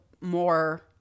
more